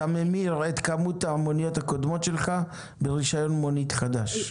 אתה ממיר את כמות המוניות הקודמות שלך ברישיון מונית חדש.